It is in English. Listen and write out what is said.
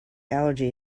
allergy